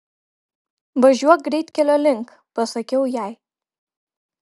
važiuok greitkelio link pasakiau jai